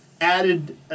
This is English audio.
added